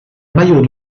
maillots